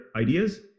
ideas